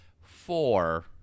four